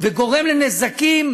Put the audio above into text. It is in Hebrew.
וגורם לנזקים